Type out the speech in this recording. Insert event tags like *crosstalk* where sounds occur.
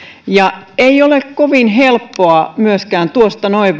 ja ei ole kovin helppoa myöskään tuosta noin *unintelligible*